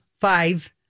five